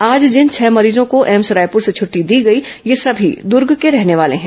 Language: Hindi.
आज जिन छह मरीजों को एम्स रायपुर से छट्टी दी गई ये सभी दूर्ग के रहने वाले हैं